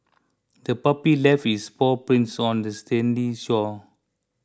the puppy left its paw prints on the sandy shore